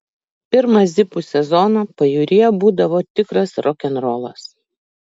pirmą zipų sezoną pajūryje būdavo tikras rokenrolas